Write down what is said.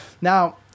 Now